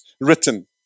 written